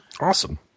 Awesome